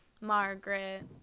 Margaret